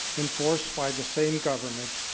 enforced by the same government,